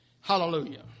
Hallelujah